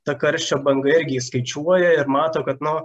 ta karščio banga irgi skaičiuoja ir mato kad no